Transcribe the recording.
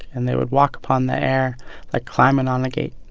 and they would walk upon the air like climbing on the gate.